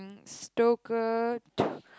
stocker